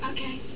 Okay